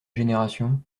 génération